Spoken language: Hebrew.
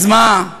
אז מה,